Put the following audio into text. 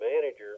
manager